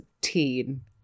teen